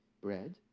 bread